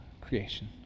creation